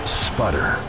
sputter